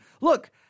Look